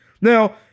Now